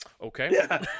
Okay